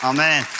Amen